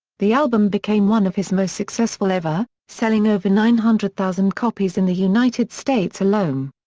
the album became one of his most successful ever, selling over nine hundred thousand copies in the united states alone.